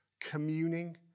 communing